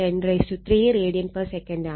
5 103 rad sec ആണ്